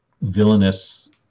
villainous